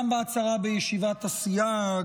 גם בהצהרה בישיבת הסיעה,